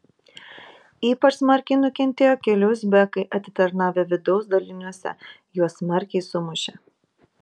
ypač smarkiai nukentėjo keli uzbekai atitarnavę vidaus daliniuose juos smarkiai sumušė